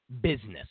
business